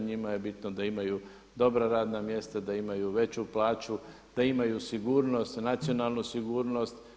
Njima je bitno da imaju dobra radna mjesta, da imaju veću plaću, da imaju sigurnost, nacionalnu sigurnost.